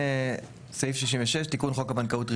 סעיף 66. תיקון חוק הבנקאות (רישוי)